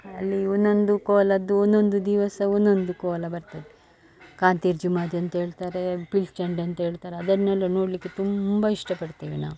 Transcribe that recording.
ಅಲ್ಲಿ ಒಂದೊಂದು ಕೋಲದ್ದು ಒಂದೊಂದು ದಿವಸ ಒಂದೊಂದು ಕೋಲ ಬರ್ತದೆ ಕಾಂತೇರಿ ಜುಮಾದಿ ಅಂತ ಹೇಳ್ತಾರೆ ಪಿಳ್ಚಂಡ್ ಅಂತ ಹೇಳ್ತಾರೆ ಅದನ್ನೆಲ್ಲ ನೋಡಲಿಕ್ಕೆ ತುಂಬ ಇಷ್ಟಪಡ್ತೇವೆ ನಾವು